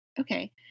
Okay